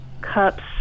cups